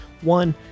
one